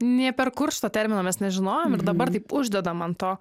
nė per kur šito termino mes nežinojom ir dabar taip uždeda man to